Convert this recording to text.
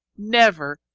never,